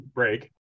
break